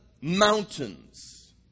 mountains